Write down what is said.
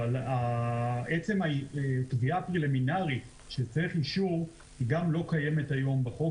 אבל עצם הפגיעה הפרילימנרית שצריך אישור גם לא קיימת היום בחוק,